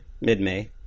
mid-May